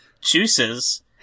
juices